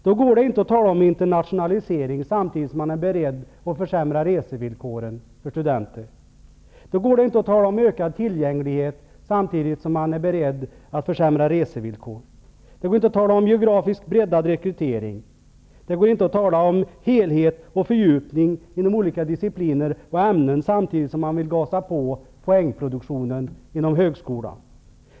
Då går det inte att tala om internationalisering och ökad tillgänglighet, samtidigt som man är beredd att försämra resevillkoren för studenter. Det går inte att tala om geografiskt breddad rekrytering. Det går inte att tala om helhet och fördjupning inom olika discipliner och ämnen, samtidigt som man vill gasa på poängproduktionen inom högskolan.